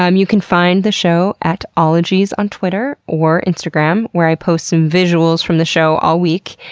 um you can find the show at ologies on twitter or instagram where i post some visuals from the show all week,